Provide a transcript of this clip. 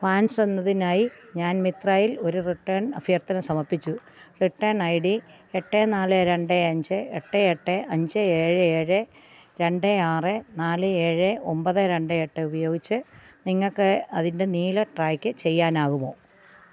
pants എന്നതിനായി ഞാൻ മിത്രായിൽ ഒരു റിട്ടേൺ അഭ്യർത്ഥന സമർപ്പിച്ചു റിട്ടേൺ ഐ ഡി എട്ട് നാല് രണ്ട് അഞ്ച് എട്ട് എട്ട് അഞ്ച് ഏഴ് ഏഴ് രണ്ട് ആറ് നാല് ഏഴ് ഒമ്പത് രണ്ട് എട്ട് ഉപയോഗിച്ച് നിങ്ങൾക്ക് അതിൻ്റെ നീല ട്രാക്ക് ചെയ്യാനാകുമോ